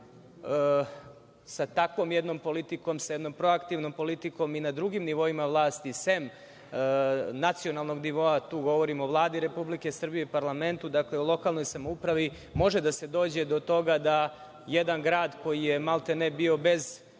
sa takvom jednom politikom, sa jednom proaktivnom politikom i na drugim nivoima vlasti, sem nacionalnog nivoa, tu govorim o Vladi Republike Srbije, parlamentu, dakle o lokalnoj samoupravi, može da se dođe do toga da jedan grad koji je maltene bio bez